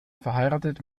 verheiratet